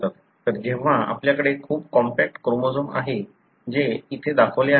तर जेव्हा आपल्याकडे खूप कॉम्पॅक्ट क्रोमोझोम आहे जे इथे दाखवले आहे